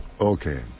Okay